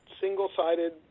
single-sided